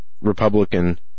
Republican